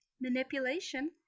manipulation